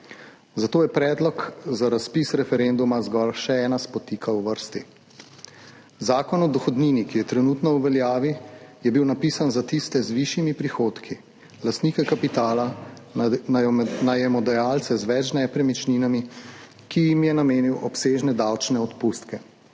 zato je predlog za razpis referenduma zgolj še ena spotika v vrsti. Zakon o dohodnini, ki je trenutno v veljavi, je bil napisan za tiste z višjimi prihodki, lastnike kapitala, na najemodajalce z več nepremičninami, ki jim je namenil obsežne davčne odpustke,